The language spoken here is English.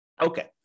Okay